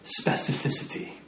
specificity